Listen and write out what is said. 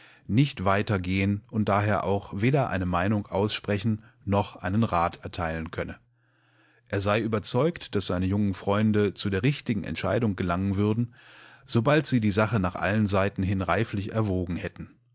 nicht weiter gehen und daher auch weder eine meinung aussprechen noch einen rat erteilen könne er sei überzeugt daß seine jungen freunde zu der richtigen entscheidung gelangen würden sobald sie die sache nach allen seiten hin reiflich erwogenhätten